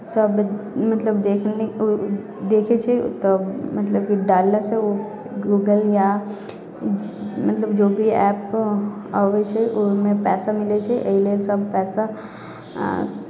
सब मतलब देखैले देखै छै तब मतलब कि डाललासँ ओ गूगल या मतलब जो भी एप अबै छै ओहिमे पैसा मिलै छै एहि लेल सब पैसा